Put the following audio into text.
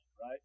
right